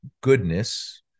goodness